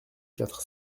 quatre